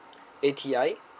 A T I